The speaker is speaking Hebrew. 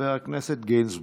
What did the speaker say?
חבר הכנסת גינזבורג.